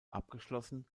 abgeschlossen